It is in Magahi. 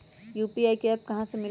यू.पी.आई का एप्प कहा से मिलेला?